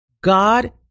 God